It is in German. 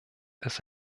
ist